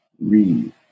Read